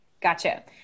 Gotcha